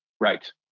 Right